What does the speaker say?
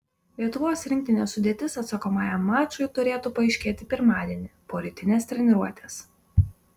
lietuvos rinktinės sudėtis atsakomajam mačui turėtų paaiškėti pirmadienį po rytinės treniruotės